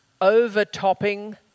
overtopping